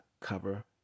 cover